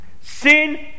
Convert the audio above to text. Sin